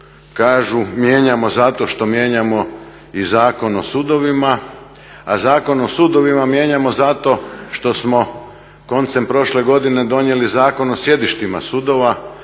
kažu mijenjamo zato što mijenjamo i Zakon o sudovima, a Zakon o sudovima mijenjamo zato što smo koncem prošle godine donijeli Zakon o sjedištima sudova